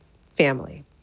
family